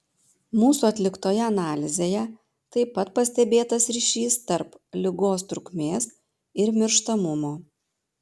mūsų atliktoje analizėje taip pat pastebėtas ryšys tarp ligos trukmės ir mirštamumo